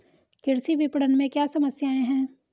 कृषि विपणन में क्या समस्याएँ हैं?